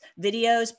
videos